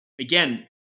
again